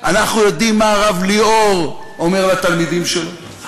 אנחנו יודעים מה הרב ליאור אומר לתלמידים שלו,